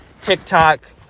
TikTok